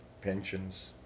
pensions